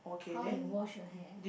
how you wash your hair